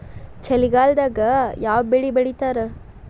ಚಳಿಗಾಲದಾಗ್ ಯಾವ್ ಬೆಳಿ ಬೆಳಿತಾರ?